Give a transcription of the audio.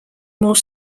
more